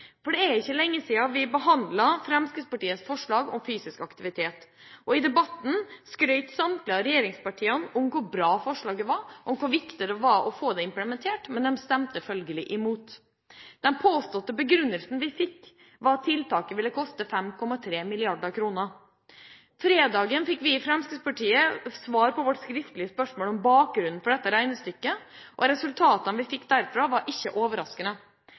skolen. Det er ikke lenge siden vi behandlet Fremskrittspartiets forslag om fysisk aktivitet. I debatten skrøt samtlige regjeringspartier av hvor bra forslaget var, og av hvor viktig det var å få det implementert, men de stemte selvfølgelig imot. Begrunnelsen vi fikk, var at tiltaket ville koste 5,3 mrd. kr. Fredag fikk vi i Fremskrittspartiet svar på vårt skriftlige spørsmål om bakgrunnen for dette regnestykket. Resultatet vi fikk, var ikke overraskende.